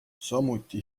samuti